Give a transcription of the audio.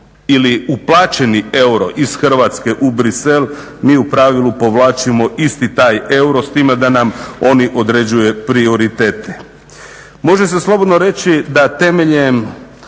ili uplaćeni euro iz Hrvatske u Bruxelles mi u pravilu povlačimo isti taj euro s time da nam oni određuju prioritete. Može se slobodno reći da temeljem